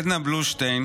עדנה בלושטיין